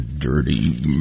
Dirty